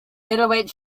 middleweight